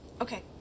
okay